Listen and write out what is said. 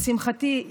לשמחתי,